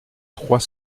trois